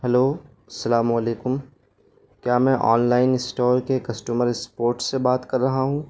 hello السلام علیکم کیا میں آن لائن اسٹور کے کسٹمر سپورٹ سے بات کر رہا ہوں